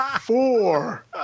four